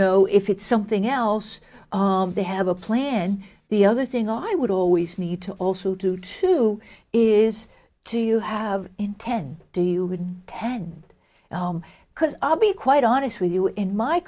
know if it's something else they have a plan the other thing i would always need to also do to is do you have in ten do you ten could be quite honest with you in my